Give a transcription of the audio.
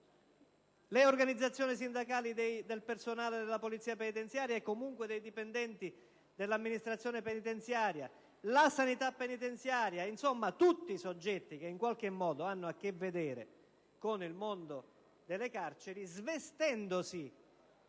le organizzazioni sindacali del personale della Polizia penitenziaria, e comunque dei dipendenti dell'amministrazione penitenziaria, la sanità penitenziaria, insomma tutti i soggetti che in qualche modo hanno a che vedere con il mondo delle carceri, svestendosi